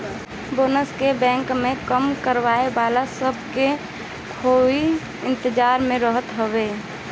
bonus के bank में काम करे वाला सब के खूबे इंतजार रहत हवे